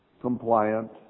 compliant